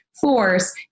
force